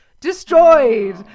destroyed